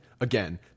again